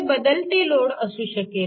हे बदलते लोड असू शकेल